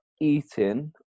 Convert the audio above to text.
eating